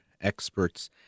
experts